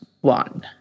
one